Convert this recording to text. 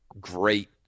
great